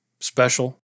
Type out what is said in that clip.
special